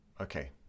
okay